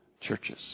churches